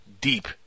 deep